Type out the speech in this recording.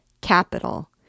Capital